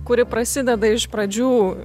kuri prasideda iš pradžių